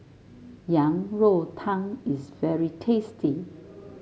Yang Rou Tang is very tasty